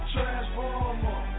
Transformer